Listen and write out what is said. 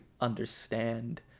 understand